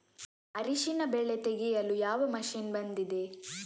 ಅರಿಶಿನ ಬೆಳೆ ತೆಗೆಯಲು ಯಾವ ಮಷೀನ್ ಬಂದಿದೆ?